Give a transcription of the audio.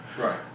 Right